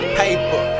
paper